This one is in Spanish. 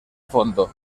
fondo